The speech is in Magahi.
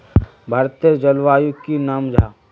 भारतेर जलवायुर की नाम जाहा?